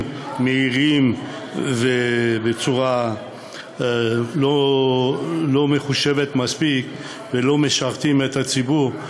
מהירים ובצורה לא מחושבת מספיק ולא משרתים את הציבור,